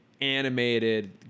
animated